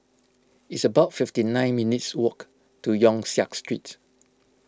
it's about fifty nine minutes' walk to Yong Siak Street